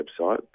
website